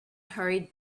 hurried